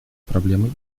проблемой